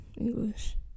English